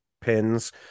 pins